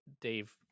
dave